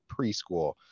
preschool